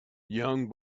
young